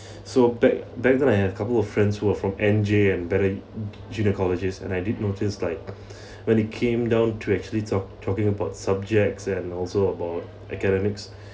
so back back then I had a couple of friends who were from N_J and better junior colleges and I did notice like when it came down to actually talk talking about subjects and also about academics